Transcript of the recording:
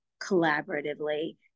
collaboratively